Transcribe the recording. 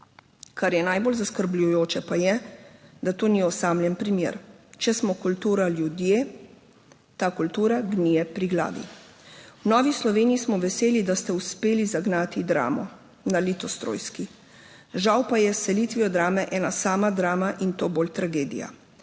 Kar je najbolj zaskrbljujoče, pa je, da to ni osamljen primer, če smo kultura ljudje, ta kultura gnije pri glavi. V Novi Sloveniji smo veseli, da ste uspeli zagnati Dramo na Litostrojski, žal pa je s selitvijo Drame ena sama drama, in to bolj tragedija.